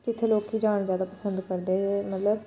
जित्थै लोक जान पसंद करदे ते मतलब